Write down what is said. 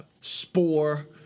spore